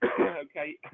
Okay